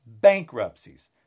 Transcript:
bankruptcies